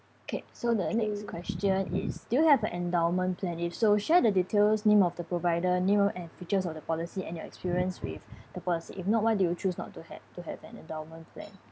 okay so the next question is do you have an endowment plan if so share the details name of the provider name and features of the policy and your experience with the policy if not why do you choose not to have to have an endowment plan